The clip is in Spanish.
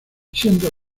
siendo